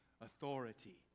authority